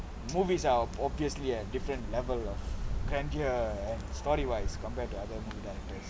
movies are obviously a different level of grandier and story wise compared to other movie directors